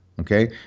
okay